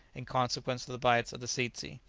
in consequence of the bites of the tzetsy.